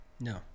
No